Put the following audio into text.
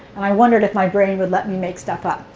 i wondered if my brain would let me make stuff up.